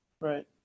Right